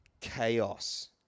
chaos